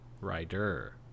rider